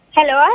Hello